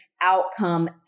outcome